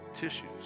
tissues